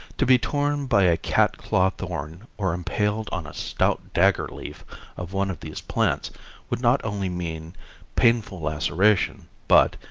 to be torn by a cat-claw thorn or impaled on a stout dagger leaf of one of these plants would not only mean painful laceration but,